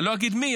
אני לא אגיד מי,